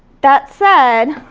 that said,